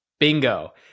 Bingo